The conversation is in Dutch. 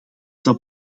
zal